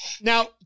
Now